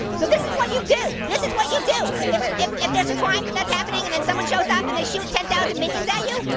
so this is what you do, this is what you do if if there's a crime that's happening and then someone shows up and they shoot ten thousand minions at you,